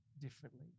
differently